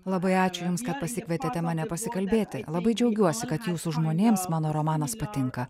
labai ačiū jums kad pasikvietėte mane pasikalbėti labai džiaugiuosi kad jūsų žmonėms mano romanas patinka